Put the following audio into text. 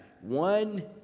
one